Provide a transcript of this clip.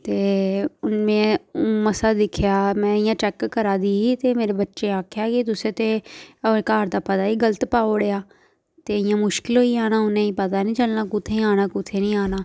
ते हून में मसां दिक्खेआं में इ'यां चेक करा दी ही ते मेरे बच्चें आक्खेआ कि तुसें ते अपने घर दा पता ही गलत पाऊ उड़ेआ ते इ'यां मुश्कल होई जाना उनें गी पता नी चलना कुत्थें आना कुत्थें नी आना